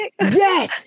Yes